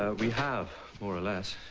ah we have more or less